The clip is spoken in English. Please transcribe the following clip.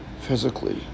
physically